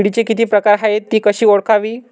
किडीचे किती प्रकार आहेत? ति कशी ओळखावी?